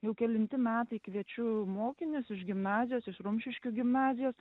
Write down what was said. jau kelinti metai kviečiu mokinius iš gimnazijos iš rumšiškių gimnazijos